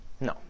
No